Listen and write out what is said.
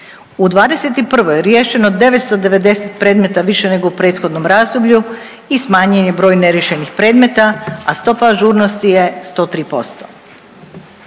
U 2021. riješeno je 990 predmeta više nego u prethodnom razdoblju i smanjen je broj neriješenih predmeta, a stopa ažurnosti je 103%.